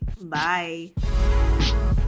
Bye